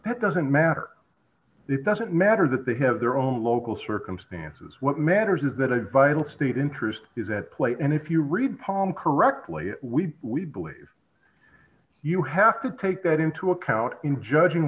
that doesn't matter it doesn't matter that they have their own local circumstances what matters is that a viable state interest is at play and if you read palm correctly we we believe you have to take that into account in judging